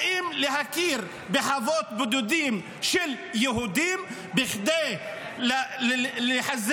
באים להכיר בחוות בודדים של יהודים בכדי לחזק